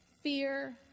Fear